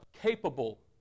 capable